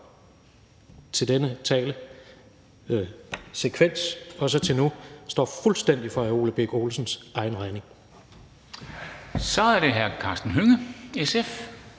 til denne talesekvens og så til nu, står fuldstændig for hr. Ole Birk Olesens egen regning. Kl. 14:05 Formanden (Henrik Dam